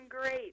great